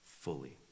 fully